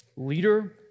leader